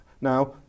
Now